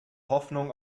hoffnung